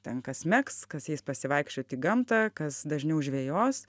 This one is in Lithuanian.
ten kas megs kas eis pasivaikščiot į gamtą kas dažniau žvejos